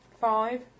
Five